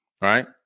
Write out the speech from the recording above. right